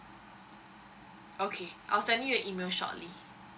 okay I'll send you an email shortly